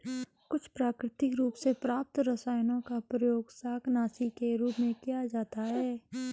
कुछ प्राकृतिक रूप से प्राप्त रसायनों का प्रयोग शाकनाशी के रूप में किया जाता है